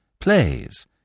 plays